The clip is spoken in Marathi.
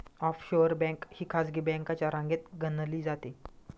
ऑफशोअर बँक ही खासगी बँकांच्या रांगेत गणली जाते